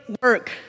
work